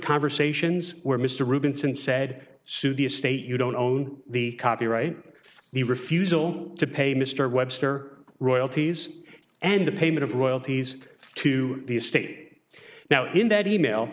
conversations where mr rubin since said sue the estate you don't own the copyright the refusal to pay mr webster royalties and the payment of royalties to the estate now in that e mail